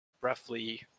roughly